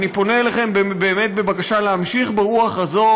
אני פונה אליכם באמת בבקשה להמשיך ברוח הזו